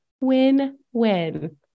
Win-win